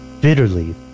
bitterly